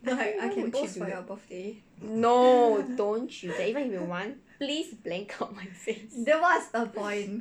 no don't you dare even if you want please blank out my face